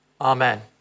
Amen